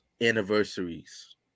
anniversaries